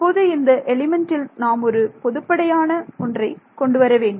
இப்போது இந்த எலிமெண்ட்டில் நாம் ஒரு பொதுப்படையான ஒன்றை கொண்டு வர வேண்டும்